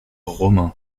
romain